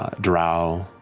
ah drow,